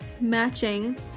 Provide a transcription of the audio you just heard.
Matching